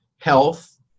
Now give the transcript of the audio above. health